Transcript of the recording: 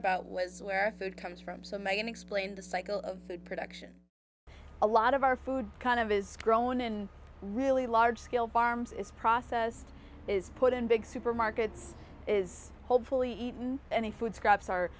about was where food comes from so many and explain the cycle of food production a lot of our food kind of is grown in really large scale farms is processed is put in big supermarkets is hopefully eaten any food scraps are